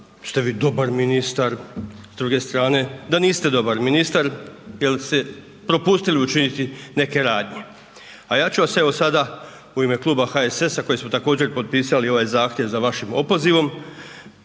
ste vi dobar ministar, s druge strane da niste dobar ministar jer ste propustili učiniti neke radnje. A ja ću vas evo sada u ime Kluba HSS-a koji smo također potpisali ovaj zahtjev za vašim opozivom